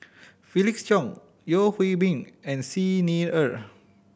Felix Cheong Yeo Hwee Bin and Xi Ni Er